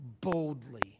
boldly